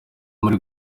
muri